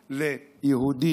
ליהודי